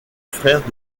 frère